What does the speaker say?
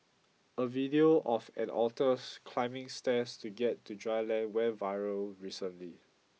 a video of an otter climbing stairs to get to dry land went viral recently